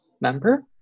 member